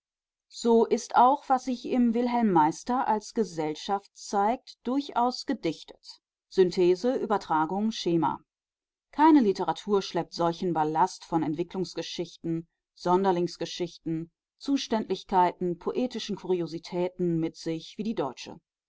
so ist auch was sich im wilhelm meister als gesellschaft zeigt durchaus gedichtet synthese übertragung schema keine literatur schleppt solchen ballast von entwicklungsgeschichten sonderlingsgeschichten zuständlichkeiten poetischen kuriositäten mit sich wie die deutsche